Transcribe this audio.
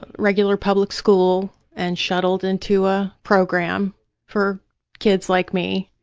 but regular public school and shuttled into a program for kids like me,